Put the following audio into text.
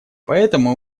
поэтому